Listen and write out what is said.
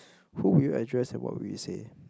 who would you address and what would you say